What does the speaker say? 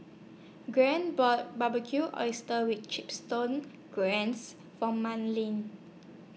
Grant bought Barbecued Oysters with Chips torn grants For Madlyn